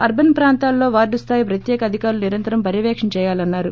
urban ప్రాంతాల్లో ward స్దాయి ప్రత్యేక అధికారులు నిరంతరం పర్యవేక్షణ చేయాలని అన్నారు